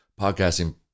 podcasting